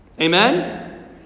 Amen